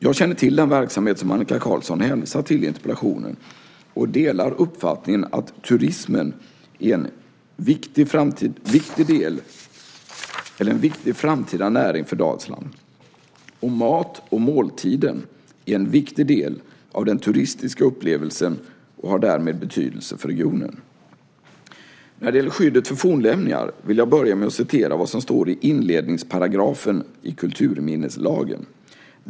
Jag känner till den verksamhet som Annika Qarlsson hänvisar till i interpellationen och delar uppfattningen att turismen är en viktig framtida näring för Dalsland. Och mat och måltiden är en viktig del av den turistiska upplevelsen och har därmed betydelse för regionen. När det gäller skyddet för fornlämningar vill jag börja med att citera vad som står i inledningsparagrafen i kulturminneslagen.